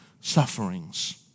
sufferings